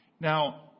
Now